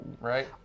Right